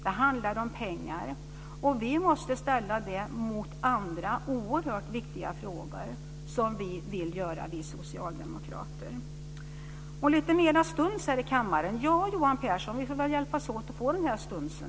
Det handlar om pengar, och vi måste ställa det mot andra oerhört viktiga frågor som vi socialdemokrater vill lyfta fram. Det talades om lite mer stuns här i kammaren. Ja, Johan Pehrson, vi får hjälpas åt att skapa den stunsen.